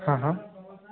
हाँ हाँ